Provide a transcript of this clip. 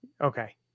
Okay